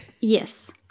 Yes